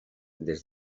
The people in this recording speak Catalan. des